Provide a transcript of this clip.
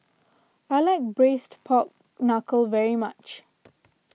I like Braised Pork Knuckle very much